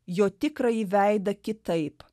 jo tikrąjį veidą kitaip